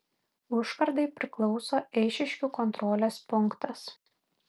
užkardai priklauso eišiškių kontrolės punktas